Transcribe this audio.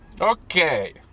Okay